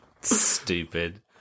Stupid